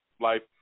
life